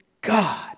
god